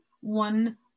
one